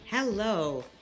Hello